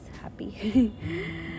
happy